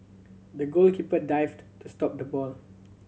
the goalkeeper dived to stop the ball